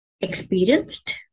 experienced